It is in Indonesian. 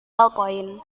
bolpoin